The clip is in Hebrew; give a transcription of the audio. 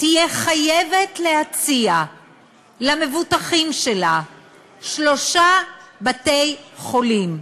תהיה חייבת להציע למבוטחים שלה שלושה בתי-חולים,